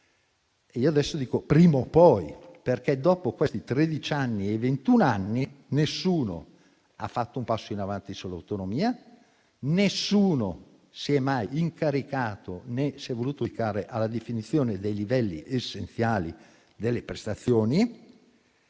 io adesso dico «prima o poi», perché dopo questi tredici anni e ventuno anni nessuno ha fatto un passo in avanti sull'autonomia, nessuno si è mai incaricato né si è voluto dedicare alla definizione dei livelli essenziali delle prestazioni.